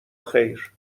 خیر